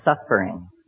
suffering